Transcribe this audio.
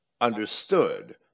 understood